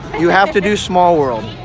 you have to do small world!